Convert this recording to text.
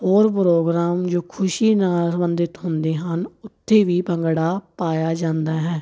ਹੋਰ ਪ੍ਰੋਗਰਾਮ ਜੋ ਖੁਸ਼ੀ ਨਾਲ ਸੰਬੰਧਿਤ ਹੁੰਦੇ ਹਨ ਉੱਥੇ ਵੀ ਭੰਗੜਾ ਪਾਇਆ ਜਾਂਦਾ ਹੈ